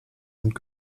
und